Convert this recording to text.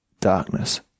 darkness